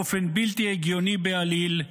באופן בלתי הגיוני בעליל,